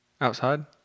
Outside